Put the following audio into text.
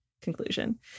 conclusion